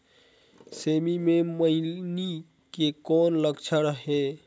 सेमी मे मईनी के कौन लक्षण हे?